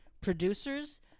producers